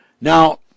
Now